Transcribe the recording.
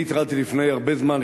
אני התרעתי לפני הרבה זמן,